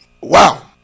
wow